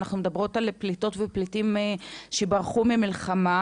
אנחנו מדברות על פליטות ופליטים שברחו ממלחמה,